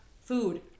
Food